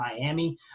Miami